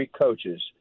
coaches